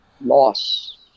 loss